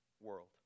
world